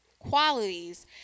qualities